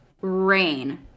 rain